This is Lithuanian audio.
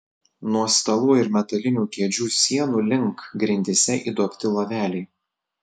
nuo stalų ir metalinių kėdžių sienų link grindyse įduobti loveliai